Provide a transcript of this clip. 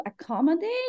accommodate